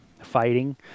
fighting